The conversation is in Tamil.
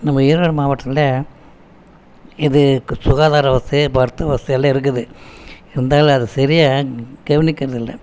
நம் ஈரோடு மாவட்டத்தில் இது சுகாதார வசதி பார்த்து வசதியெல்லாம் இருக்குது இருந்தாலும் அது சரியாக கவனிக்கிறதில்லை